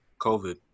COVID